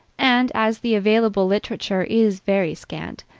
and as the available literature is very scant,